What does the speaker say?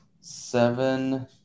seven